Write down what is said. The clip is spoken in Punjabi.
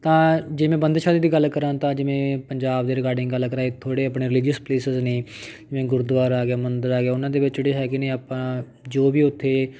ਤਾਂ ਜਿਵੇਂ ਬੰਦਿਸ਼ਾਂ ਦੀ ਗੱਲ ਕਰਾਂ ਤਾਂ ਜਿਵੇਂ ਪੰਜਾਬ ਦੇ ਰਿਗਾਡਿੰਗ ਗੱਲ ਕਰਾਂ ਥੋੜ੍ਹੇ ਆਪਣੇ ਰਿਲੀਜੀਅਸ ਪਲੇਸਿਸ ਨੇ ਜਿਵੇਂ ਗੁਰਦੁਆਰਾ ਆ ਗਿਆ ਮੰਦਰ ਆ ਗਿਆ ਉਹਨਾਂ ਦੇ ਵਿੱਚ ਜਿਹੜੇ ਹੈਗੇ ਨੇ ਆਪਾਂ ਜੋ ਵੀ ਉੱਥੇ